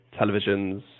televisions